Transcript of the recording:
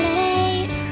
late